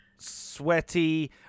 Sweaty